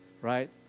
Right